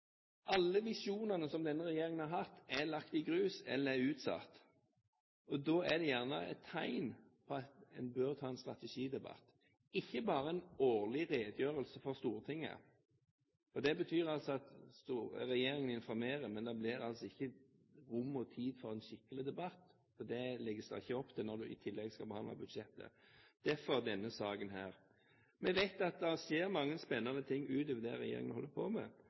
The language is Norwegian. Alle visjonene som denne regjeringen har hatt, er lagt i grus eller utsatt. Det er gjerne et tegn på at en bør ta en strategidebatt, ikke bare ha en årlig redegjørelse for Stortinget. For det betyr at regjeringen informerer, men det blir altså ikke rom og tid for en skikkelig debatt. Det legges det ikke opp til når en i tillegg skal behandle budsjettet – derfor denne saken her. Vi vet at det skjer mange spennende ting utover det regjeringen holder på med.